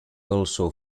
also